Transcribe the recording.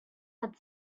had